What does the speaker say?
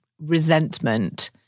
resentment